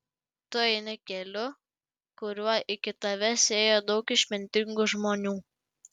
tu eini keliu kuriuo iki tavęs ėjo daug išmintingų žmonių